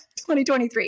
2023